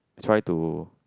try to